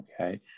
okay